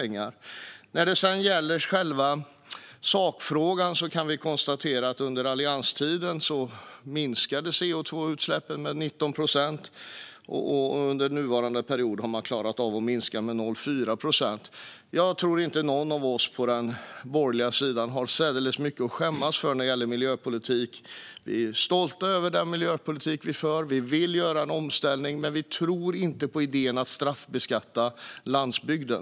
När det sedan gäller själva sakfrågan kan vi konstatera att CO2-utsläppen minskade med 19 procent under allianstiden. Under nuvarande period har man klarat av att minska dem med 0,4 procent. Jag tror inte att någon av oss på den borgerliga sidan har särdeles mycket att skämmas för när det gäller miljöpolitik. Vi är stolta över den miljöpolitik vi för, och vi vill göra en omställning. Vi tror dock inte på idén att straffbeskatta landsbygden.